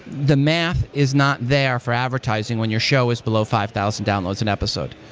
the math is not there for advertising when your show is below five thousand downloads an episode.